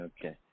Okay